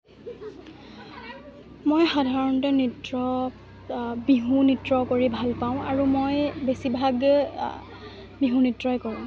মই সাধাৰণতে নৃত্য বিহু নৃত্য কৰি ভালপাওঁ আৰু মই বেছিভাগে বিহু নৃত্যই কৰোঁ